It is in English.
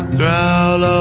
growl